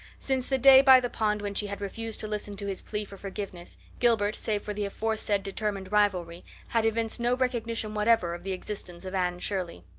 since the day by the pond when she had refused to listen to his plea for forgiveness, gilbert, save for the aforesaid determined rivalry, had evinced no recognition whatever of the existence of anne shirley.